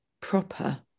proper